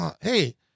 hey